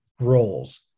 roles